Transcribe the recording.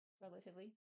relatively